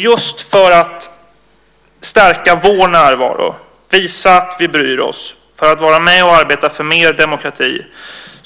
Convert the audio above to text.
Just för att stärka vår närvaro, visa att vi bryr oss och för att vara med och arbeta för mer demokrati,